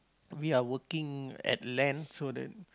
we are working at land so the